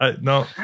no